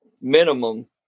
minimum